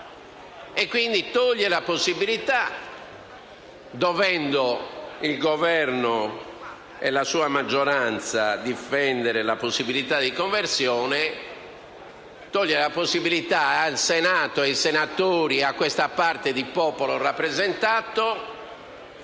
in legge e quindi, dovendo il Governo e la sua maggioranza difendere la possibilità di conversione, toglie al Senato, ai senatori, a questa parte di popolo rappresentato,